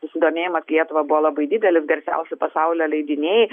susidomėjimas lietuva buvo labai didelis garsiausi pasaulio leidiniai